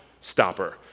stopper